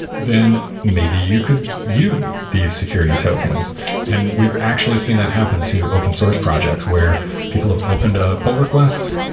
then maybe you could view these security tokens and we've actually seen that happen to open source projects, where people have opened a pull request,